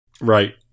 Right